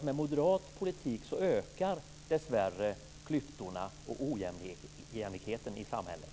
Med moderat politik ökar alltså, dessvärre, klyftorna och ojämlikheten i samhället.